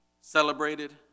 celebrated